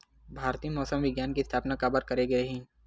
भारती मौसम विज्ञान के स्थापना काबर करे रहीन है?